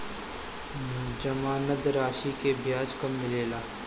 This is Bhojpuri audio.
जमानद राशी के ब्याज कब मिले ला?